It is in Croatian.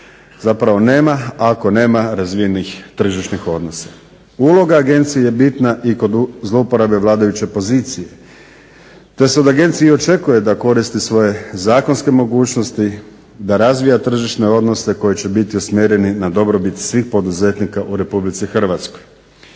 zapravo nema ako nema razvijenih tržišnih odnosa. Uloga agencije je bitna i kod zlouporabe vladajuće pozicije, te se od agencije i očekuje da koristi svoje zakonske mogućnosti, da razvija tržišne odnose koji će biti usmjereni na dobrobit svih poduzetnika u Republici Hrvatskoj.